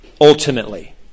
ultimately